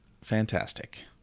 fantastic